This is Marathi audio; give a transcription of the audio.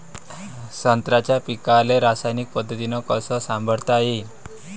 संत्र्याच्या पीकाले रासायनिक पद्धतीनं कस संभाळता येईन?